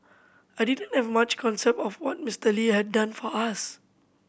I didn't have much concept of what Mister Lee had done for us